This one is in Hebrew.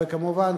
וכמובן,